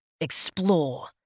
explore